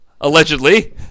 allegedly